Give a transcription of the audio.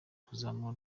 kuzamura